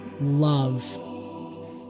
love